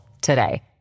today